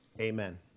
Amen